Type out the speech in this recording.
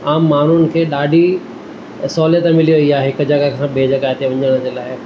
आम माण्हुनि खे ॾाढी सहूलियत मिली वेई आहे हिक जॻह खां ॿिए जॻह ते वञण जे लाइ